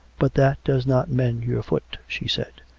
but that does not mend your foot, she said,